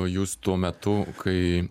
jūs tuo metu kai